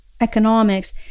economics